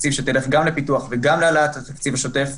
תקציב שתלך גם לפיתוח וגם להעלאת התקציב השוטף.